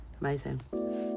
Amazing